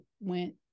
went